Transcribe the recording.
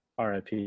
RIP